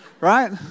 right